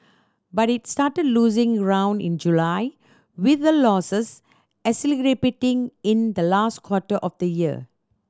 but it started losing ground in July with the losses in the last quarter of the year